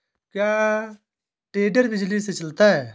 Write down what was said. क्या टेडर बिजली से चलता है?